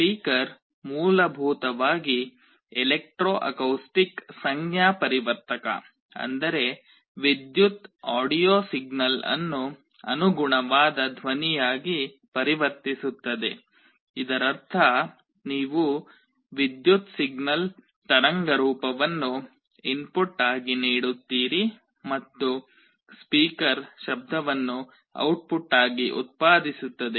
speaker ಮೂಲಭೂತವಾಗಿ electro acoustic ಸಂಜ್ಞಾಪರಿವರ್ತಕ ಅಂದರೆ ವಿದ್ಯುತ್ ಆಡಿಯೊ ಸಿಗ್ನಲ್ ಅನ್ನು ಅನುಗುಣವಾದ ಧ್ವನಿಯಾಗಿ ಪರಿವರ್ತಿಸುತ್ತದೆ ಇದರರ್ಥ ನೀವು ವಿದ್ಯುತ್ ಸಿಗ್ನಲ್ ತರಂಗರೂಪವನ್ನು ಇನ್ಪುಟ್ ಆಗಿ ನೀಡುತ್ತೀರಿ ಮತ್ತು ಸ್ಪೀಕರ್ ಶಬ್ದವನ್ನು ಔಟ್ಪುಟ್ ಆಗಿ ಉತ್ಪಾದಿಸುತ್ತದೆ